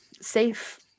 safe